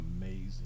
amazing